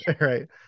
Right